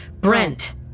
Brent